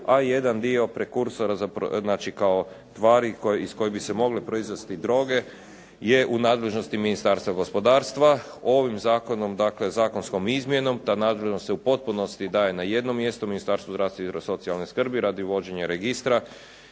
a jedan dio prekursora znači kao tvari iz koje bi se mogle proizvesti droge je u nadležnosti Ministarstva gospodarstva. Ovim zakonom dakle zakonskom izmjenom ta nadležnost se u potpunosti daje na jedno mjesto, Ministarstvu zdravstva i socijalne skrbi radi vođenja registra